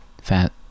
fat